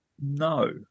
No